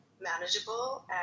manageable